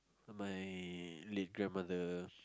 my late grandmother